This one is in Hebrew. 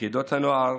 יחידות הנוער